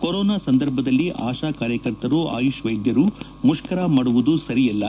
corona ಸಂದರ್ಭದಲ್ಲಿ ಆಶಾ ಕಾರ್ಯಕರ್ತರು ಆಯುಷ್ ವೈದ್ಯರು ಮುಷ್ಕರ ಮಾಡುವುದು ಸರಿಯಲ್ಲ